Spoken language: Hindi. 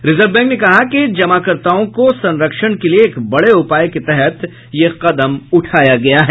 रिजर्व बैंक ने कहा कि जमाकर्ताओं को संरक्षण के एक बड़े उपाय के तहत यह कदम उठाया गया है